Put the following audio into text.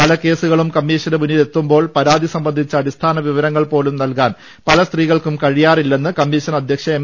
പല കേസുകളും കമ്മീഷന് മുന്നിലെത്തുമ്പോൾ പരാതി സംബന്ധിച്ച അടിസ്ഥാന വിവരങ്ങൾപോലും നൽകാൻ പല സ്ത്രീകൾക്കും കഴിയാറില്ലെന്നു് കമ്മീഷൻ അദ്ധ്യക്ഷ എം